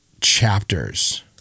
chapters